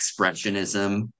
expressionism